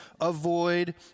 avoid